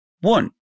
One